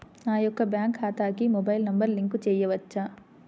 నా యొక్క బ్యాంక్ ఖాతాకి మొబైల్ నంబర్ లింక్ చేయవచ్చా?